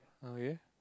okay